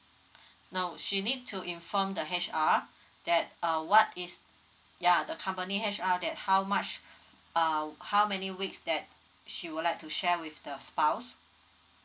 no she need to inform the H_R that uh what is ya the company H_R that how much uh how many weeks that she would like to share with the spouse